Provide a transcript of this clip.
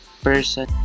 person